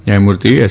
ન્યાયમૂર્તિ એસ